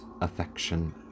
affection